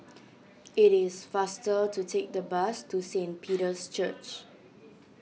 it is faster to take the bus to Saint Peter's Church